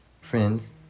friends